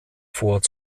fort